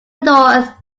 north